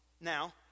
Now